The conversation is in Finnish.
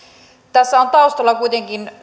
tässä on taustalla kuitenkin